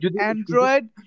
Android